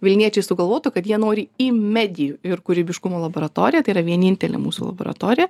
vilniečiai sugalvotų kad jie nori į medijų ir kūrybiškumo laboratoriją tai yra vienintelė mūsų laboratorija